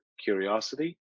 curiosity